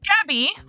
Gabby